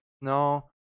No